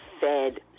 fed